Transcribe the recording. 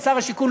של שר השיכון,